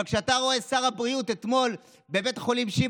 אבל כשאתה רואה את שר הבריאות אתמול בבית החולים שיבא